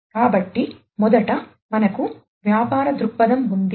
కాబట్టి మొదట మనకు వ్యాపార దృక్పథం ఉంది